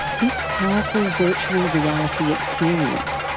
this powerful virtual reality experience,